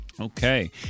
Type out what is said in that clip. okay